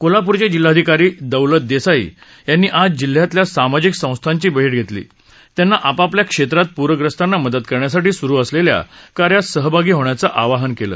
कोल्हापूरचे जिल्हाधिकारी दौलत देसाई यांनी आज जिल्ह्यातल्या सामाजिक संस्थांची बैठक घेतली आणि त्यांना आपआपल्या क्षेत्रात पूरग्रस्तांना मदत करण्यासाठी सुरु असलेल्या कार्यात सहभागी होण्याचं आवाहन केलं